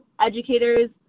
educators